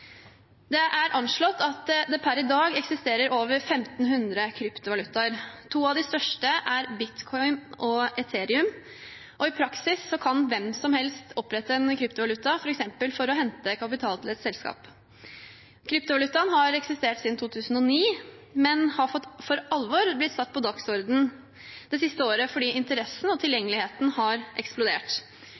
Det er anslått at det per i dag eksisterer over 1 500 kryptovalutaer. To av de største er bitcoin og ethereum. I praksis kan hvem som helst opprette en kryptovaluta, f.eks. for å hente kapital til et selskap. Kryptovalutaen har eksistert siden 2009, men har for alvor blitt satt på dagsordenen det siste året fordi interessen og tilgjengeligheten har eksplodert.